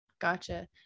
Gotcha